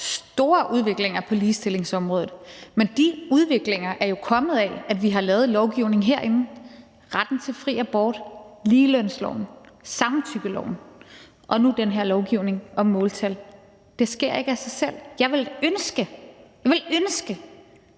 store udviklinger på ligestillingsområdet, men de udviklinger er jo kommet af, at vi har lavet lovgivning herinde – retten til fri abort, ligelønsloven, samtykkeloven og nu den her lovgivning om måltal. Det sker ikke af sig selv. Jeg ville sådan ønske,